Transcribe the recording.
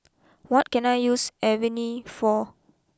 what can I use Avene for